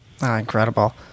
Incredible